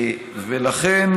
לכן,